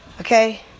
okay